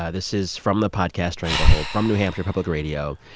yeah this is from the podcast stranglehold from new hampshire public radio.